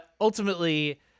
Ultimately